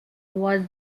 was